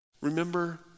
Remember